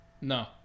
No